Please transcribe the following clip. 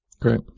great